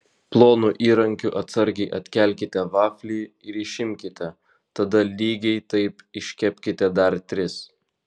plonu įrankiu atsargiai atkelkite vaflį ir išimkite tada lygiai taip iškepkite dar tris